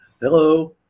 Hello